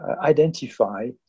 identify